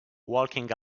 walking